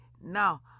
Now